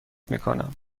میکنم